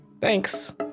Thanks